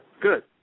good